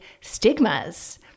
stigmas